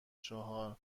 چهار